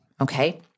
Okay